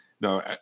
no